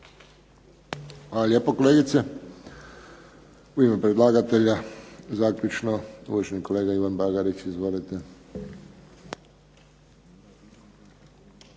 Hvala lijepo kolegice. U ime predlagatelja zaključno uvaženi kolega Ivan Bagarić. Izvolite.